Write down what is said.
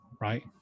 right